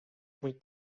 mój